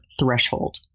threshold